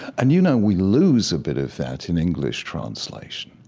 and, you know, we lose a bit of that in english translation.